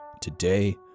Today